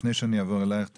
לפני שאני אעבור אלייך,